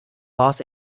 los